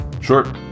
Sure